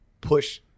push